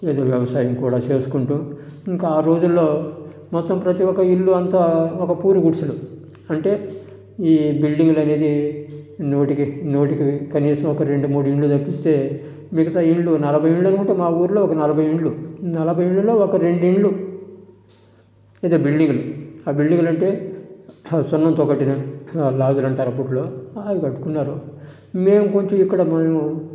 నేను వ్యవసాయం కూడా చేసుకుంటూ ఇంకా ఆ రోజుల్లో మొత్తం ప్రతి ఒక్క ఇల్లు అంతా ఒక పూరి గుడిసెలు అంటే ఈ బిల్డింగ్ అనేది నూటికి నూటికి కనీసం ఒక రెండు మూడు ఇల్లు తప్పిస్తే మిగతా ఇల్లు నలభై ఇల్లు అనుకుంటే మా ఊర్లో ఉంటే నలభై ఇల్లు నలభై ఇళ్లల్లో ఒక రెండు ఇల్లులు పెద్ద బిల్డింగులు ఆ బిల్డింగులు అంటే సున్నంతో కట్టిన డాగులు అంటారు అప్పట్లో అవి కట్టుకున్నారు మేము కొంచెం ఇక్కడ మేము